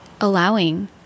allowing